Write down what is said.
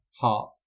heart